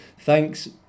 Thanks